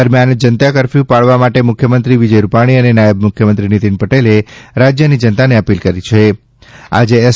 દરમિયાન જનતા કર્ફથુ પાળવા માટે મુખ્યમંત્રી વિજય રૂપાણી અનાનાયબ મુખ્યમંત્રી નિતિનભાઇ પટેલ રાજ્યની જનતાન અપીલ કરી છ આજે એસ